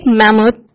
mammoth